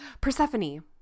Persephone